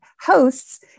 hosts